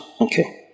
okay